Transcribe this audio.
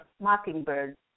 Mockingbird